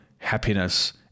happiness